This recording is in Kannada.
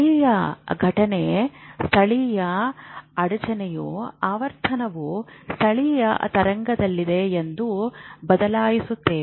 ಸ್ಥಳೀಯ ಘಟನೆಯ ಸ್ಥಳೀಯ ಅಡಚಣೆಯು ಆವರ್ತನವು ಸ್ಥಳೀಯ ತರಂಗದಲ್ಲಿದೆ ಎಂದು ಬದಲಾಯಿಸುತ್ತದೆ